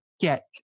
get